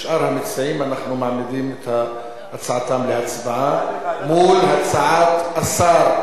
אנחנו מעמידים את הצעתם להצבעה מול הצעת השר להסיר.